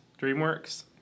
DreamWorks